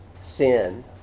sin